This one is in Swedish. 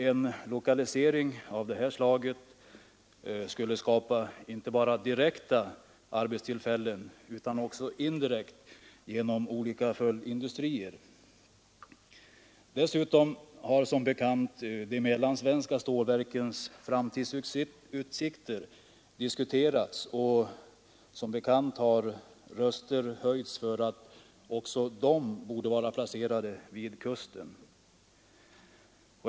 En lokalisering av det här slaget skulle skapa inte bara direkta arbetstillfällen utan också indirekta genom olika följdindustrier. Dessutom har som bekant de mellansvenska stålverkens framtidsutsikter diskuterats och röster har höjts för att också de borde vara placerade vid kusten.